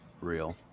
Real